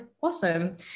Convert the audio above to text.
awesome